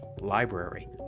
library